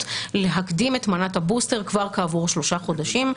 להקדים את מנת הבוסטר כבר כעבור שלושה חודשים,